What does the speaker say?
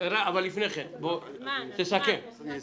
אני אסכם.